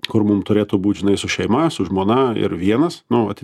kur mum turėtų būt žinai su šeima su žmona ir vienas nuolat